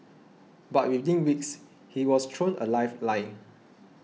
but within weeks he was thrown a lifeline